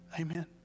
Amen